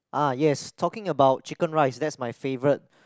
ah yes talking about chicken rice that's my favourite